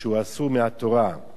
שהוא אסור מהתורה.